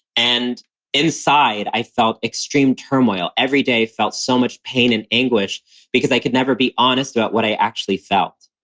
and inside i felt extreme turmoil every day, i felt so much pain and anguish because i could never be honest about what i actually felt.